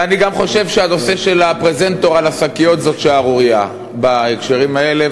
אני גם חושב שהנושא של הפרזנטור על השקיות הוא שערורייה בהקשרים האלה,